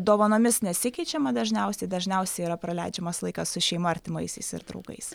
dovanomis nesikeičiama dažniausiai dažniausiai yra praleidžiamas laikas su šeima artimaisiais ir draugais